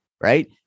right